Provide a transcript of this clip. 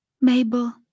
Mabel